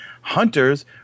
Hunters